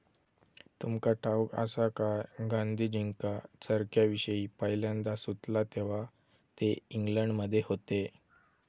तुमका ठाऊक आसा काय, गांधीजींका चरख्याविषयी पयल्यांदा सुचला तेव्हा ते इंग्लंडमध्ये होते